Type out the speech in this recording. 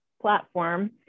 platform